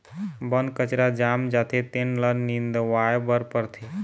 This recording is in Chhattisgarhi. बन कचरा जाम जाथे तेन ल निंदवाए बर परथे